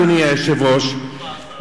אדוני היושב-ראש,